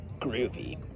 groovy